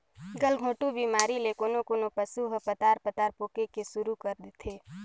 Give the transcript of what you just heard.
गलघोंटू बेमारी ले कोनों कोनों पसु ह पतार पतार पोके के सुरु कर देथे